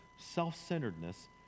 self-centeredness